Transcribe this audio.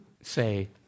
Say